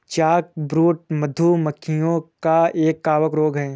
chalkbrood, मधु मक्खियों का एक कवक रोग है